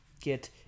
get